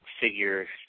figure